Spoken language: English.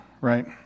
right